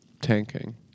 tanking